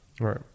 Right